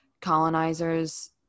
colonizers